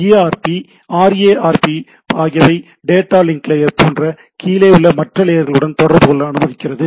ARP RARP ஆகியவை data link layer போன்ற கீழேயுள்ள மற்ற லேயர்களுடன் தொடர்புகொள்ள அனுமதிக்கிறது